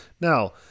Now